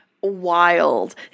wild